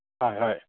হয় হয়